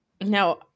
Now